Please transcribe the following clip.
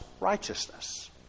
righteousness